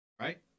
Right